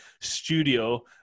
studio